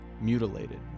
mutilated